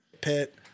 pit